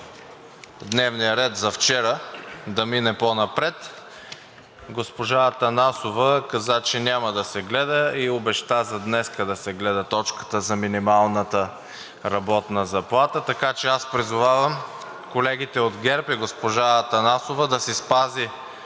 дневния ред за вчера – да мине по-напред, госпожа Атанасова каза, че няма да се гледа и обеща за днес да се гледа точката за минималната работна заплата. Така че аз призовавам колегите от ГЕРБ и госпожа Атанасова да си спази